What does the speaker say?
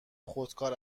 خودکار